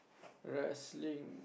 wrestling